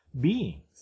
beings